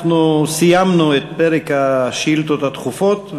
סיימנו את פרק השאילתות הדחופות.